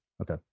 Okay